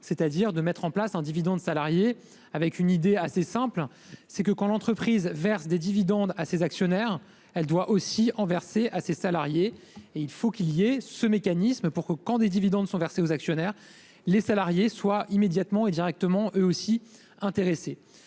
campagne de mettre en place un dividende salarié, sur un fondement assez simple : quand l'entreprise verse des dividendes à ses actionnaires, elle doit aussi en verser à ses salariés. Il faut instaurer un mécanisme pour que, quand des dividendes sont versés aux actionnaires, les salariés soient immédiatement et directement intéressés.